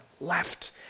left